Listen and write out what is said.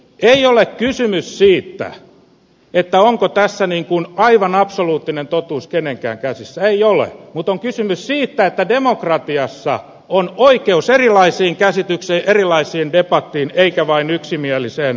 ei ole kysymys siitä onko tässä aivan absoluuttinen totuus kenenkään käsissä ei ole mutta on kysymys siitä että demokratiassa on oikeus erilaisiin käsityksiin erilaiseen debattiin eikä vain yksimieliseen hymistelyyn